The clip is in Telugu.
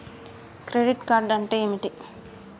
క్రెడిట్ కార్డ్ అంటే ఏమిటి?